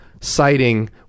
citing